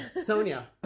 Sonia